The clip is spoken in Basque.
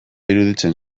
iruditzen